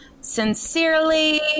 Sincerely